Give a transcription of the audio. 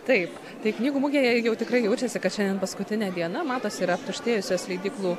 taip tai knygų mugėje jau tikrai jaučiasi kad šiandien paskutinė diena matos yra aptuštėjusios leidyklų